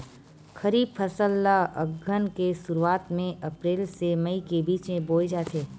खरीफ फसल ला अघ्घन के शुरुआत में, अप्रेल से मई के बिच में बोए जाथे